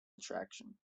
attraction